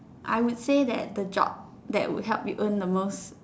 I would say that the job that would help me earn the most